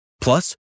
Plus